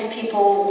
people